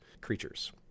creatures